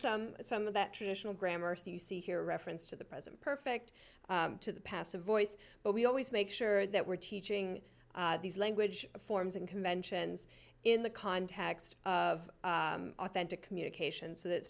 some some of that traditional grammar so you see here a reference to the present perfect to the passive voice but we always make sure that we're teaching these language forms and conventions in the context of authentic communication so that